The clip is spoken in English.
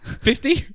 fifty